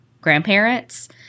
grandparents